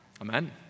amen